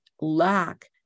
lack